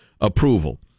approval